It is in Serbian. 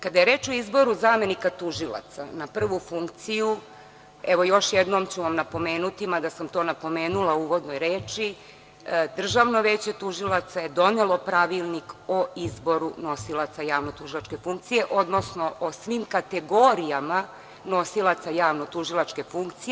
Kada je reč o izboru zamenika tužilaca na prvu funkciju, evo, još jednom ću vam napomenuti, mada sam to napomenula u uvodnoj reči, DVT je donelo Pravilnik o izboru nosilaca javnotužilačke funkcije, odnosno o svim kategorijama nosilaca javnotužilačke funkcije.